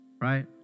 right